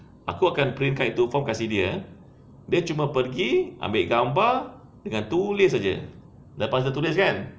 aku akan printkan itu form kasih dia dia cuma pergi ambil gambar dengan tulis aje lepas tu dia tulis kan